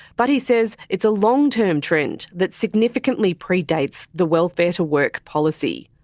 but he says it's a long-term trend that significantly pre-dates the welfare-to-work policy.